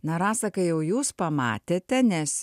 na rasa kai jau jūs pamatėte nes